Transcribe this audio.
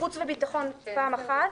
חוץ וביטחון פעם אחת,